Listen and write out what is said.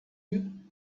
you